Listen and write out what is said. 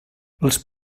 les